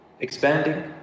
expanding